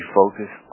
focus